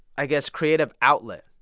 i guess, creative outlet.